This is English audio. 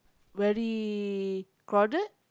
very crowded